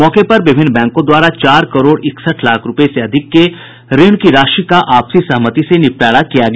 मौके पर विभिन्न बैंकों द्वारा चार करोड़ इकसठ लाख रूपये से अधिक के ऋण की राशि का आपसी सहमति से निपटारा किया गया